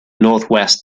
northwest